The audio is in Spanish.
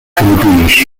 filipinos